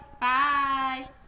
Bye